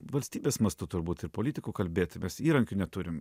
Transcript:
valstybės mastu turbūt ir politikų kalbėti mes įrankių neturim